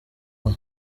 aba